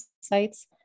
sites